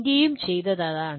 ഇന്ത്യയും ചെയ്തത് അതാണ്